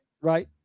Right